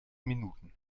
minuten